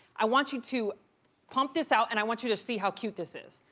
i want you to pump this out, and i want you to see how cute this is.